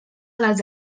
les